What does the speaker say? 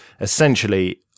essentially